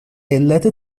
علت